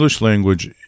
language